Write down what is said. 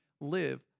live